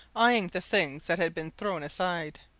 eyeing the things that had been thrown aside.